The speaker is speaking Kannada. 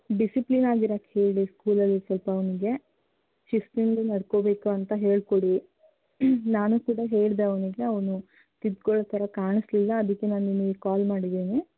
ಡಿಸಿಪ್ಲೀನ್ ಆಗಿರಕ್ಕೆ ಹೇಳಿ ಸ್ಕೂಲಲ್ಲಿ ಸ್ವಲ್ಪ ಅವನಿಗೆ ಶಿಸ್ತಿನಿಂದ ನಡ್ಕೋಬೇಕು ಅಂತ ಹೇಳಿಕೊಡಿ ನಾನು ಕೂಡ ಹೇಳಿದೆ ಅವನಿಗೆ ಅವನು ತಿದ್ಕೊಳ್ಳೋ ಥರ ಕಾಣಿಸಲಿಲ್ಲ ಅದಕ್ಕೆ ನಾನು ನಿಮಗೆ ಕಾಲ್ ಮಾಡಿದ್ದೀನಿ